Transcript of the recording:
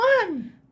one